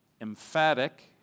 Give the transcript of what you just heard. emphatic